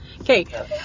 Okay